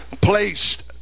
placed